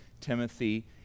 Timothy